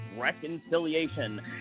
reconciliation